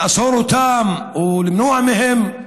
לעצור אותם או למנוע מהם.